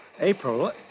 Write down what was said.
April